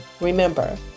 remember